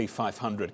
500